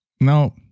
no